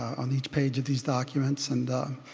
on each page of these documents. and